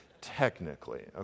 technically